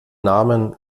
namen